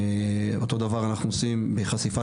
אותו הדבר אנחנו עושים בחשיפה,